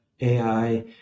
AI